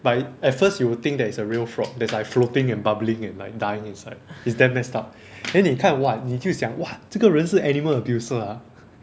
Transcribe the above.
but at first you will think that it's a real frog that's like floating and bubbling and like dying inside is damn messed up then 你看 !wah! 你就想 !wah! 这个人是 animal abuser ah